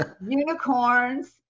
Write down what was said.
Unicorns